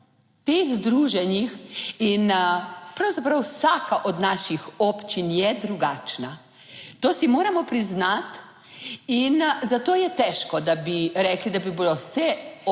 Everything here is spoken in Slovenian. teh združenjih in pravzaprav vsaka od naših občin je drugačna, to si moramo priznati in zato je težko, da bi rekli, da bi bilo vse